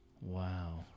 wow